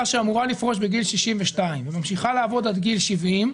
שאמורה לפרוש בגיל 62 וממשיכה לעבוד עד גיל 70,